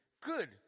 Good